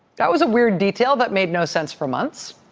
that was a weird detail that made no sense for months.